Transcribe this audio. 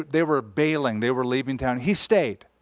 they were bailing. they were leaving town. he stayed.